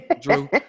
Drew